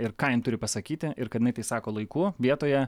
ir ką jin turi pasakyti ir kad jinai tai sako laiku vietoje